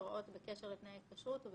זה יכול